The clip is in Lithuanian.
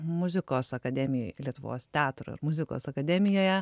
muzikos akademijoj lietuvos teatro muzikos akademijoje